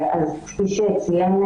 כפי שצוין,